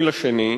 8 בפברואר.